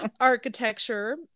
architecture